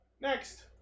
Next